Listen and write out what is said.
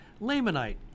Lamanite